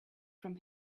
from